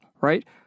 right